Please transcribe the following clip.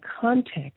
context